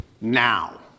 now